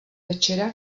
večera